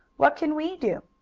what can we do?